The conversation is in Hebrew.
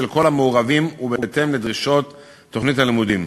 כל המעורבים ובהתאם לדרישות תוכנית הלימודים.